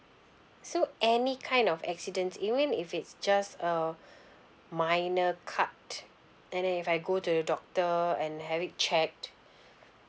so any kind of accidents even if it's just uh minor cut and then if I go to the doctor and have it checked